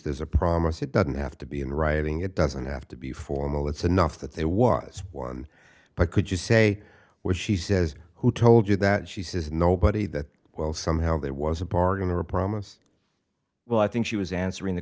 there's a promise it doesn't have to be in writing it doesn't have to be formal it's enough that there was one but could you say what she says who told you that she says nobody that well somehow there was a bargain or a promise well i think she was answering the